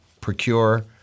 procure